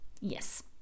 Yes